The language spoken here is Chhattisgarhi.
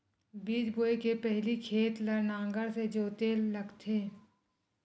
बीज बोय के पहिली खेत ल नांगर से जोतेल लगथे?